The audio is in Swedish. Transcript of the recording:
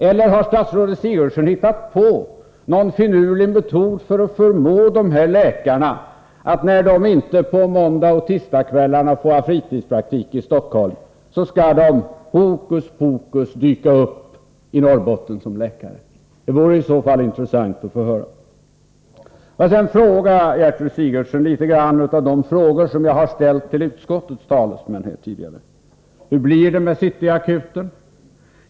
Eller har statsrådet Sigurdsen hittat på någon finurlig metod att förmå de här läkarna att, när de inte får ha fritidspraktik på måndagsoch tisdagskvällarna, hokuspokus dyka upp i Norrbotten som läkare? Det vore i så fall intressant att få höra någonting om detta. Sedan vill jag till statsrådet Sigurdsen ställa några av de frågor som jag tidigare ställt till utskottets talesman. Hur blir det med City Akuten?